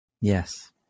Yes